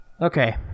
Okay